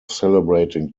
celebrating